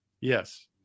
Yes